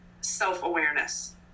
self-awareness